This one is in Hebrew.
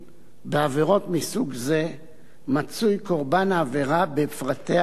בעבירות מסוג זה מצוי קורבן העבירה בפרטי ההסדר,